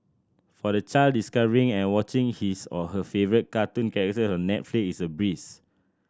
for the child discovering and watching his or her favourite cartoon character on Netflix is a breeze